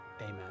Amen